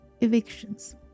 Evictions